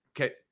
Okay